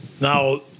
now